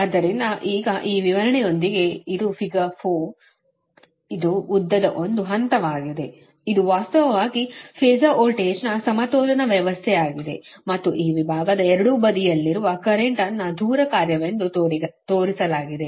ಆದ್ದರಿಂದ ಈಗ ಈ ವಿವರಣೆಯೊಂದಿಗೆ ಇದು ಫಿಗರ್ 4 ಇದು ಉದ್ದದ ಒಂದು ಹಂತವಾಗಿದೆ ಇದು ವಾಸ್ತವವಾಗಿ ಫಾಸರ್ ವೋಲ್ಟೇಜ್ ನ ಸಮತೋಲನ ವ್ಯವಸ್ಥೆ ಆಗಿದೆ ಮತ್ತು ಈ ವಿಭಾಗದ ಎರಡೂ ಬದಿಯಲ್ಲಿರುವ ಕರೆಂಟ್ ಅನ್ನು ದೂರ ಕಾರ್ಯವೆಂದು ತೋರಿಸಲಾಗಿದೆ